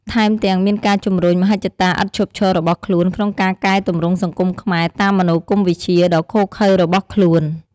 ថែមទាំងមានការជំរុញមហិច្ចតាឥតឈប់ឈររបស់ខ្លួនក្នុងការកែទម្រង់សង្គមខ្មែរតាមមនោគមវិជ្ជាដ៏ឃោរឃៅរបស់ខ្លួន។